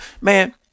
man